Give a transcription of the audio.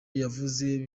yavuze